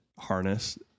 harness